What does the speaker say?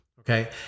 Okay